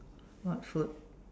what food